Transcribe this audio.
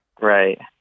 Right